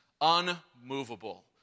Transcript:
unmovable